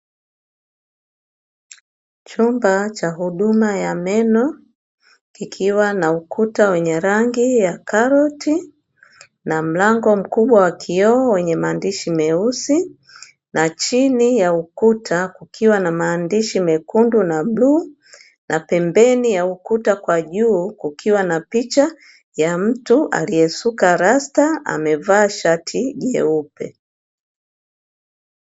Chumba cha huduma ya meno kikiwa na ukuta wenye rangi ya karoti na mlango mkubwa wa kioo wenye maandishi meusi na chini ya ukuta kukiwa na maandishi mekundu na bluu na pembeni ya ukuta kwa juu kukiwa na picha ya mtu aliyesuka rasta amevaa shati jeupe.